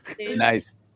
Nice